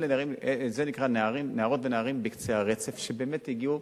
זה נקרא: "נערות ונערים בקצה הרצף", שבאמת הגיעו